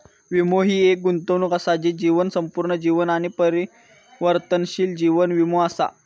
वीमो हि एक गुंतवणूक असा ती जीवन, संपूर्ण जीवन आणि परिवर्तनशील जीवन वीमो असा